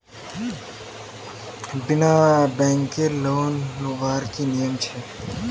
बिना बैंकेर लोन लुबार की नियम छे?